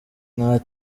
nta